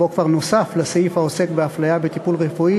ובו כבר נוסף לסעיף העוסק באפליה בטיפול רפואי